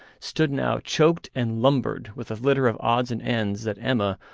stood now choked and lumbered with a litter of odds and ends that emma,